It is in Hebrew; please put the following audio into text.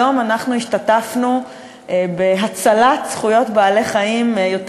היום אנחנו השתתפנו בהצלת זכויות בעלי-חיים יותר